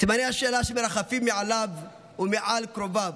סימני השאלה שמרחפים מעליו ומעל קרוביו.